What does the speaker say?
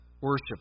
worship